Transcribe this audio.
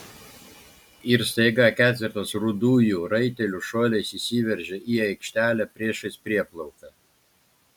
ir staiga ketvertas rudųjų raitelių šuoliais įsiveržė į aikštelę priešais prieplauką